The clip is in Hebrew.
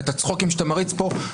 את הצחוקים שאתה מריץ פה,